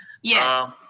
yeah,